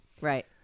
Right